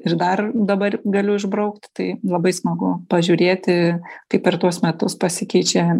ir dar dabar galiu išbraukt tai labai smagu pažiūrėti kaip per tuos metus pasikeičia